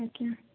ଆଜ୍ଞା